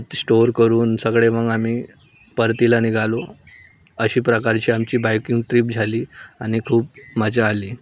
ते स्टोअर करून सगळे मग आम्ही परतीला निघालो अशी प्रकारची आमची बायकिंग ट्रीप झाली आणि खूप मजा आली